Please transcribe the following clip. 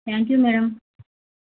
thank you madam